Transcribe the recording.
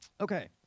Okay